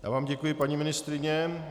Já vám děkuji, paní ministryně.